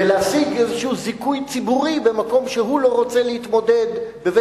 ולהשיג איזה זיכוי ציבורי במקום שהוא לא רוצה להתמודד בו,